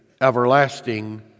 everlasting